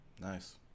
Nice